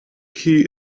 key